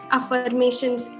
affirmations